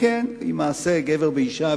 היא מעשה גבר באשה,